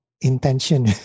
intention